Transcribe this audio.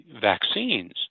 vaccines